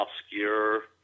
obscure